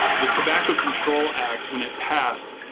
the tobacco control act when it passed,